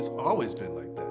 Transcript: always been like